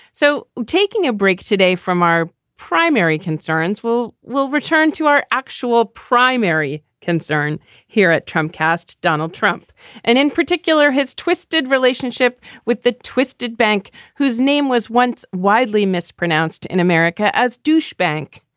so taking a break today from our primary concerns, will, we'll return to our actual primary concern here at trump cast donald trump and in particular his twisted relationship with the twisted bank, whose name was once widely mispronounced in america as douche bank.